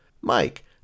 Mike